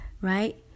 right